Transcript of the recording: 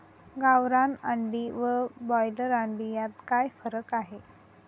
गावरान अंडी व ब्रॉयलर अंडी यात काय फरक आहे?